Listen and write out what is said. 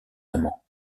amants